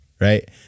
right